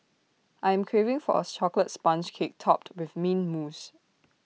I am craving for A Chocolate Sponge Cake Topped with Mint Mousse